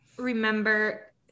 remember